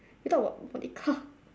can talk about okay car